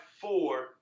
four